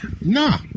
Nah